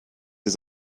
his